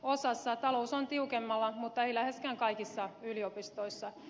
osassa talous on tiukemmalla mutta ei läheskään kaikissa yliopistoissa